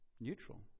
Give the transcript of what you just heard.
neutral